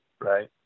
right